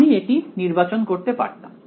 আমি এটি নির্বাচন করতে পারতাম